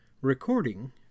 Recording